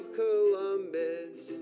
columbus